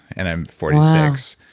and i'm forty six.